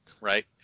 right